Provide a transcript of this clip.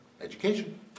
education